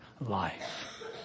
life